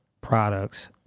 products